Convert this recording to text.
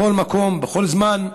בכל מקום ובכל זמן.